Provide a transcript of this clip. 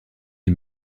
des